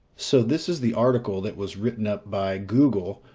so this is the article that was written up by google,